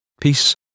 peace